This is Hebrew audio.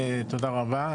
תודה רבה,